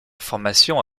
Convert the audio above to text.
formation